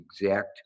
exact